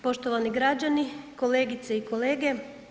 Poštovani građani, kolegice i kolege.